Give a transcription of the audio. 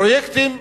לפרויקטים